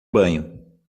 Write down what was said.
banho